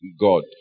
God